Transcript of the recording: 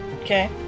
Okay